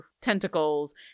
tentacles